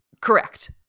Correct